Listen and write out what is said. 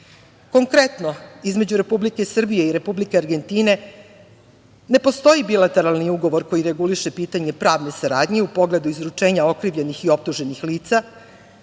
ciljeva. Konkretno, između Republike Srbije i Republike Argentine ne postoji bilateralni ugovor koji reguliše pitanje pravne saradnje u pogledu izručenja okrivljenih i optuženih lica,